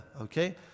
Okay